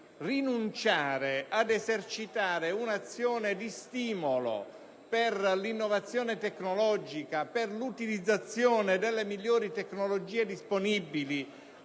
rinunciare ad esercitare un'azione di stimolo per l'innovazione tecnologica, per l'utilizzazione delle migliori tecnologie disponibili